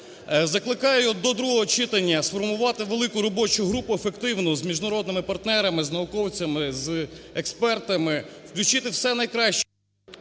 Закликаю до другого читання сформувати велику робочу групу, ефективну, з міжнародними партнерами, з науковцями, з експертами, включити все найкраще…